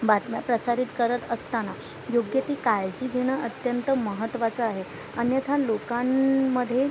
बातम्या प्रसारित करत असताना योग्य ती काळजी घेणं अत्यंत महत्त्वाचं आहे अन्यथा लोकां मध्ये